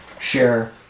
share